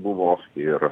buvo ir